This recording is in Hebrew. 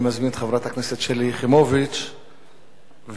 אני מזמין את חברת הכנסת שלי יחימוביץ, ואחריה,